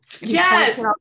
yes